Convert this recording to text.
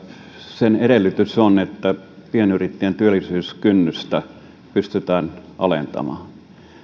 sen edellytys on että pienyrittäjän työllisyyskynnystä pystytään alentamaan